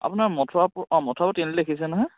আপোনাৰ মথুৰাপুৰ অঁ মথুৰাপুৰ তিনিআলি দেখিছে নহয়